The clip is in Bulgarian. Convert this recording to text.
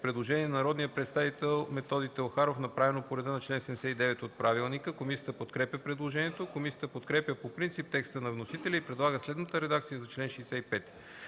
Предложение на народния представител Методи Теохаров, направено по реда на чл. 79, ал. 4, т. 2 от ПОДНС. Комисията подкрепя предложението. Комисията подкрепя по принцип текста на вносителя и предлага следната редакция за чл. 65: